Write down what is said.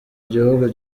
gihugu